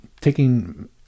taking